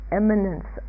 eminence